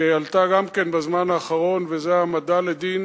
שעלתה גם כן בזמן האחרון, וזה ההעמדה לדין